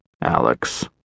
Alex